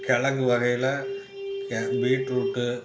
கிழங்கு வகையில் கே பீட்ரூட்டு